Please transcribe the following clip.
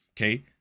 okay